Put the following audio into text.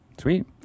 Sweet